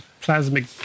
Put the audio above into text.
plasmic